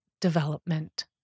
development